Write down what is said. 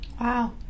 Wow